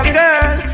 girl